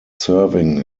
serving